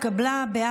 ההצעה התקבלה.